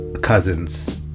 Cousins